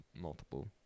multiple